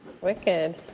Wicked